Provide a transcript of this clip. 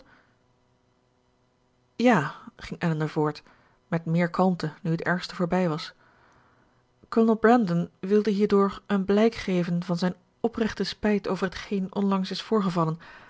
ja ging elinor voort met meer kalmte nu het ergste voorbij was kolonel brandon wilde hierdoor een blijk geven van zijn oprechte spijt over hetgeen onlangs is voorgevallen